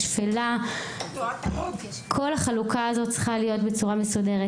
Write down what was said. השפלה כל החלוקה הזאת צריכה להיות בצורה מסודרת,